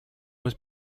was